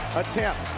attempt